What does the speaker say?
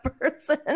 person